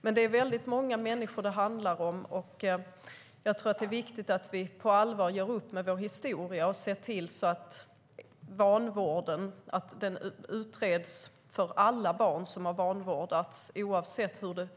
Men det är väldigt många människor det handlar om, och jag tror att det är viktigt att vi på allvar gör upp med vår historia och ser till att vanvården utreds för alla barn som vanvårdats, oavsett hur det